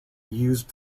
used